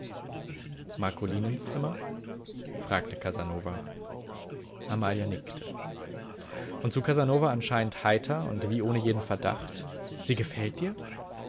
marcolinens zimmer fragte casanova amalia nickte und zu casanova anscheinend heiter und wie ohne jeden verdacht sie gefällt dir